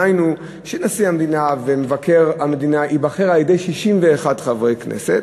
דהיינו שנשיא המדינה ומבקר המדינה ייבחרו על-ידי 61 חברי כנסת,